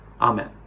Amen